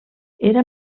era